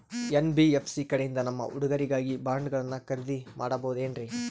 NBFC ಕಡೆಯಿಂದ ನಮ್ಮ ಹುಡುಗರಿಗಾಗಿ ಬಾಂಡುಗಳನ್ನ ಖರೇದಿ ಮಾಡಬಹುದೇನ್ರಿ?